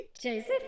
Joseph